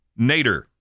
Nader